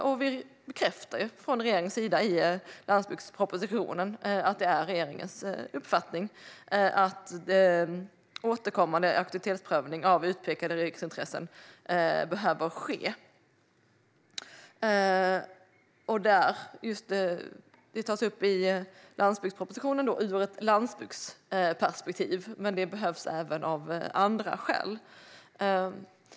Och regeringen bekräftar i landsbygdspropositionen att det är regeringens uppfattning att återkommande aktualitetsprövning av utpekade riksintressen behöver ske ur ett landsbygdsperspektiv, men det behövs även av andra skäl.